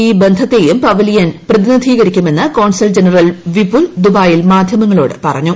E ബന്ധത്തെയും pavilion പ്രതിനിധീകരിക്കുമെന്ന് consul general Vipul ദൂബായിൽ മാധ്യമങ്ങളോട് പറഞ്ഞു